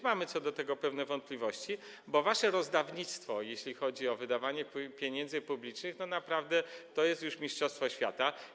Mamy co do tego pewne wątpliwości, bo wasze rozdawnictwo, jeśli chodzi o wydawanie pieniędzy publicznych, naprawdę to jest już mistrzostwo świata.